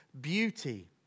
beauty